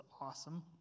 awesome